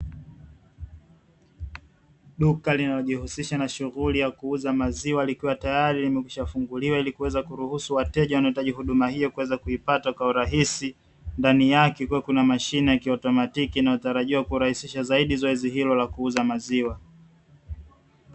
Duka linalojihusisha na shughuli ya kuuza maziwa likiwa tayari limekwishafunguliwa ili kuweza kuruhusu wateja wanaohitaji huduma hiyo kuweza kuipata kwa urahisi, ndani yake kukiwa na mashine ya kiotematiki inayotarajiwa zaidi kurahisisha zoezi hilo la kuuza maziwa.